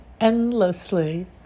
endlessly